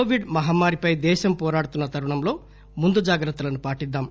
Covid మహమ్మారిపై దేశం పోరాడుతున్న తరుణంలో ముందు జాగ్రత్తలను పాటిద్దాం